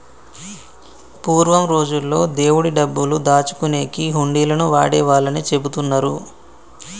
పూర్వం రోజుల్లో దేవుడి డబ్బులు దాచుకునేకి హుండీలను వాడేవాళ్ళని చెబుతున్నరు